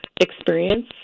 experience